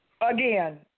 again